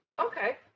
Okay